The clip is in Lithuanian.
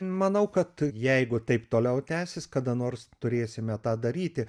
manau kad jeigu taip toliau tęsis kada nors turėsime tą daryti